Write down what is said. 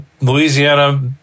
Louisiana